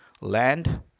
Land